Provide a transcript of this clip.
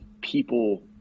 people